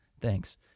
Thanks